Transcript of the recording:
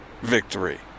victory